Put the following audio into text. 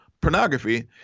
pornography